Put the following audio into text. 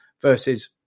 versus